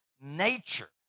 nature